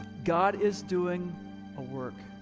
god is doing a work.